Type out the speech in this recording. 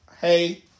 Hey